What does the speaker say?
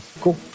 Cool